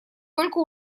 только